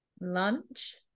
Lunch